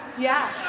yeah.